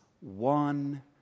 one